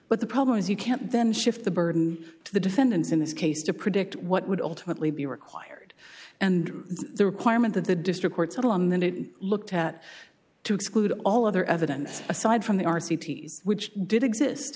but the problem is you can't then shift the burden to the defendants in this case to predict what would ultimately be required and the requirement that the district court settle on that it looked at to exclude all other evidence aside from the r c t s which did exist